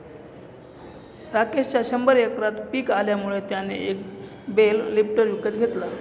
राकेशच्या शंभर एकरात पिक आल्यामुळे त्याने एक बेल लिफ्टर विकत घेतला